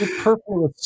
Purple